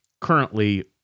Currently